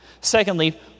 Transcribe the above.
Secondly